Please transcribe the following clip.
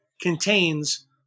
contains